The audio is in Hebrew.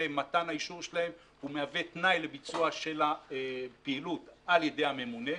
ומתן האישור שלהם מהווה תנאי לביצוע של הפעילות על ידי הממונה.